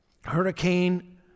hurricane